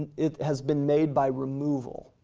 it has been made by removal,